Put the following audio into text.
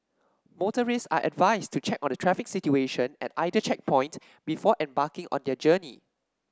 motorists are advised to check on the traffic situation at either checkpoint before embarking on their journey